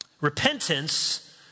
Repentance